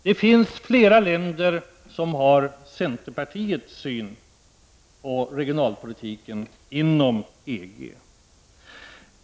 Det finns många länder inom EG som delar centerns syn på regionalpolitik.